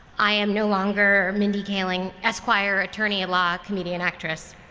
i am no longer mindy kaling esquire, attorney at law, comedian actress.